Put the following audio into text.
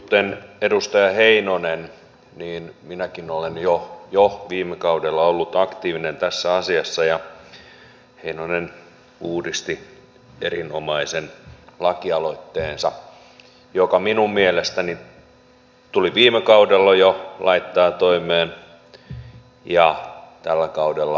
kuten edustaja heinonen minäkin olen jo viime kaudella ollut aktiivinen tässä asiassa ja heinonen uudisti erinomaisen lakialoitteensa joka minun mielestäni tuli jo viime kaudella laittaa toimeen ja tällä kaudella ainakin